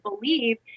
believe